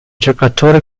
giocatore